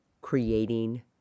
Creating